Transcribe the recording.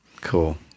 Cool